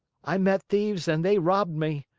i met thieves and they robbed me.